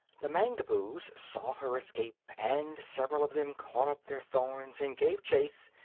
the mangaboos saw her escape, and several of them caught up their thorns and gave chase,